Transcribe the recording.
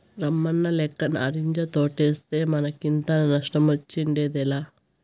రామన్నలెక్క నారింజ తోటేస్తే మనకింత నష్టమొచ్చుండేదేలా